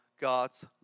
God's